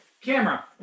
Camera